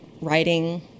writing